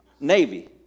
Navy